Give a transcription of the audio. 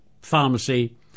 pharmacy